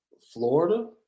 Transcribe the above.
Florida